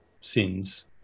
sins